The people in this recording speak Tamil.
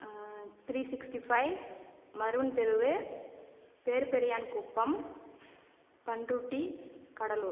த்ரீ சிக்ஸ்ட்டி ஃபைவ் மருவன் தெரு பேர்பெரியான்குப்பம் பண்ருட்டி கடலூர்